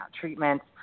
treatments